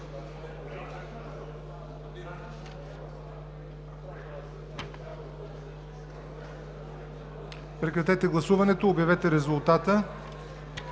Прекратете гласуването и обявете резултата.